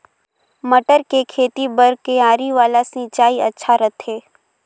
मटर के खेती बर क्यारी वाला सिंचाई अच्छा रथे?